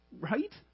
Right